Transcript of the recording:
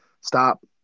Stop